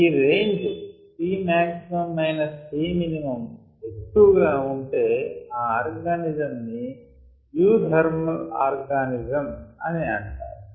ఈ range Tmax Tmin ఎక్కువ గా ఉంటే ఆ ఆర్గానిజం ని యూ ధర్మల్ ఆర్గానిజం అంటారు